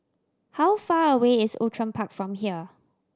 how far away is Outram Park from here